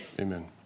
Amen